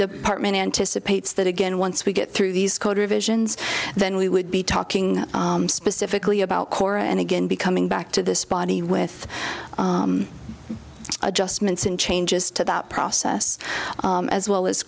department anticipates that again once we get through these code revisions then we would be talking specifically about core and again becoming back to this body with adjustments in changes to that process as well as